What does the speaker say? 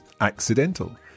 accidental